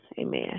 amen